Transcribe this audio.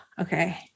Okay